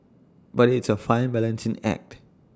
but it's A fine balancing act